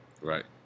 Right